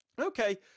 okay